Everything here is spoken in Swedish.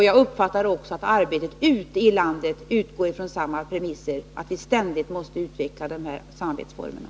Jag uppfattar också att arbetet ute i landet utgår från samma premisser, dvs. att vi ständigt måste utveckla samarbetsformerna.